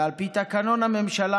ועל פי תקנון הממשלה,